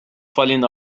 falling